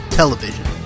television